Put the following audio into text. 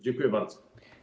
Dziękuję bardzo.